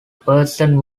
person